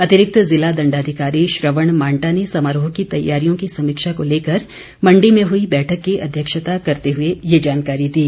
अतिरिक्त जिला दण्डाधिकारी श्रवण मांटा ने समारोह की तैयारियों की समीक्षा को लेकर मण्डी में हुई बैठक की अध्यक्षता करते हुए ये जानकारी दी